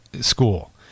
school